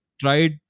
tried